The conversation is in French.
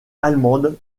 allemandes